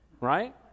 Right